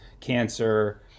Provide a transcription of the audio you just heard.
cancer